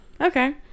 Okay